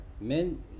Men